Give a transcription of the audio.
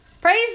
Praise